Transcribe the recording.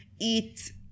eat